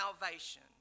salvation